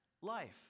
life